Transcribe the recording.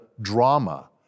drama